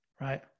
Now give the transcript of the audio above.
right